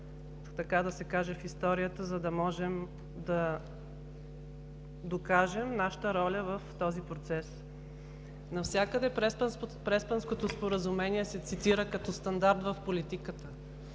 така да се каже, в историята, за да можем да докажем нашата роля в този процес. Навсякъде Преспанското споразумение се цитира като стандарт в политиката.